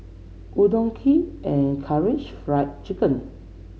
Udon Kheer and Karaage Fried Chicken